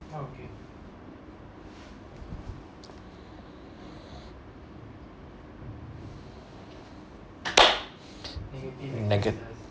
nega~